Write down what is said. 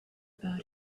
about